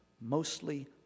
mostly